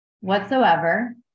whatsoever